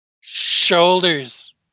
shoulders